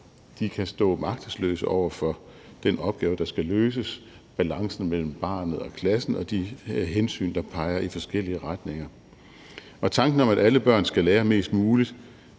kan stå magtesløse over for den opgave, der skal løses, balancen mellem barnet og klassen, og de hensyn, der peger i forskellige retninger. Og tanken om, at alle børn skal lære mest muligt,